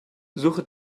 suche